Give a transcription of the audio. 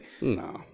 No